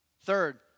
Third